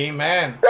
Amen